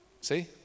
See